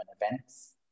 events